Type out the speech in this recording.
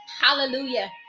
Hallelujah